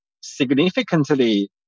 significantly